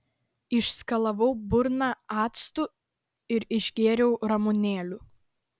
išskalavau burną actu ir išgėriau ramunėlių